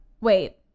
Wait